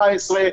17,